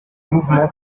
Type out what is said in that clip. mouvement